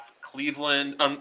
Cleveland –